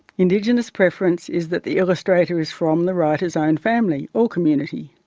indigenous preference is that the illustrator is from the writer's own family or community.